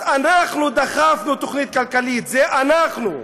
אז אנחנו דחפנו תוכנית כלכלית, זה אנחנו,